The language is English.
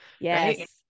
Yes